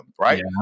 Right